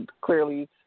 clearly